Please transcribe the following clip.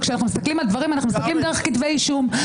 וכשאנחנו מסתכלים על דברים אנחנו מסתכלים דרך כתבי אישום.